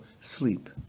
sleep